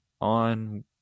on